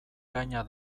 gaina